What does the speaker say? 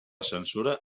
censura